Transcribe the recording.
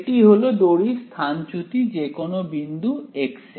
এটি হলো দড়ি এর স্থানচ্যুতি যে কোন বিন্দু x এ